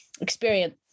experience